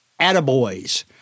attaboys